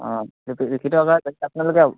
অঁ লিখিত আকাৰে আপোনালোকেও